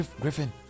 Griffin